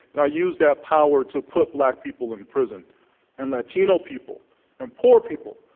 and i used that power to put black people in prison and latino people and poor people.